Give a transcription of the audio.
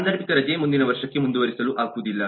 ಸಾಂದರ್ಭಿಕ ರಜೆ ಮುಂದಿನ ವರ್ಷಕ್ಕೆ ಮುಂದುವರಿಸಲು ಆಗುವುದಿಲ್ಲ